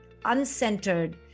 uncentered